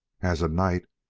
as a night,